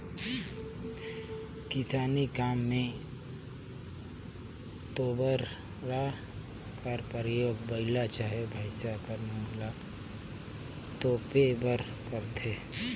किसानी काम मे तोबरा कर परियोग बइला चहे भइसा कर मुंह ल तोपे बर करथे